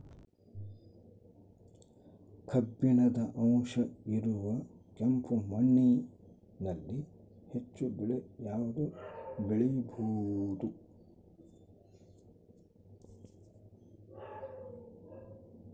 ಕಬ್ಬಿಣದ ಅಂಶ ಇರೋ ಕೆಂಪು ಮಣ್ಣಿನಲ್ಲಿ ಹೆಚ್ಚು ಬೆಳೆ ಯಾವುದು ಬೆಳಿಬೋದು?